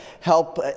help